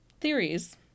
theories